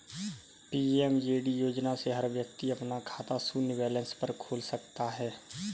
PMJD योजना से हर व्यक्ति अपना खाता शून्य बैलेंस पर खोल सकता है